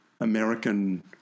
American